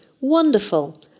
Wonderful